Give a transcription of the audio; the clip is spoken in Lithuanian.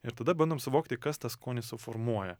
ir tada bandom suvokti kas tą skonį suformuoja